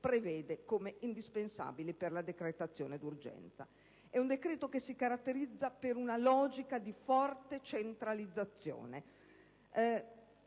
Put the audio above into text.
prevede come indispensabili per la decretazione d'urgenza. È un decreto-legge che si caratterizza per una logica di forte centralizzazione,